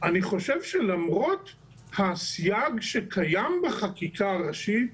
אני חושב שלמרות הסייג שקיים בחקיקה הראשית,